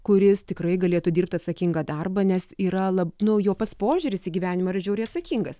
kuris tikrai galėtų dirbti atsakingą darbą nes yra lab nu jo pats požiūris į gyvenimą yra žiauriai atsakingas